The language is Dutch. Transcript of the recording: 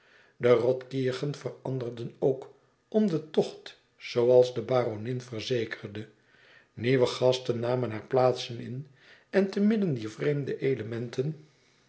de rothkirchen veranderden ook om de tocht zooals de baronin verzekerde nieuwe gasten namen hare plaatsen in en te midden dier vreemde elementen